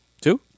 Two